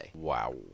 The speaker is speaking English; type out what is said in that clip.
Wow